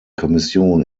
kommission